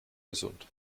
gesund